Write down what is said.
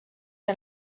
que